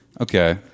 Okay